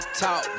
talk